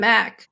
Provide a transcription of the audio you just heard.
Mac